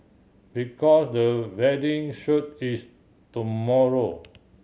because the wedding shoot is tomorrow